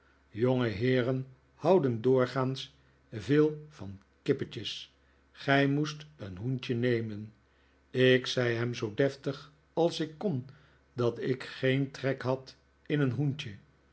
houden doorgaans veel van kippetjes gij moest een hoentje nemen ik zei hem zoo deftig als ik kon dat ik geen trek had in een hoentje